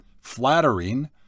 flattering